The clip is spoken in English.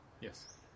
Yes